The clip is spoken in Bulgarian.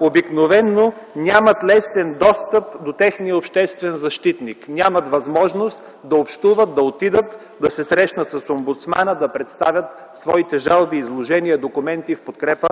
обикновено тези хора нямат лесен достъп до техния обществен защитник, нямат възможност да общуват, да отидат и се срещнат с омбудсмана, да представят своите жалби, изложения и документи в подкрепа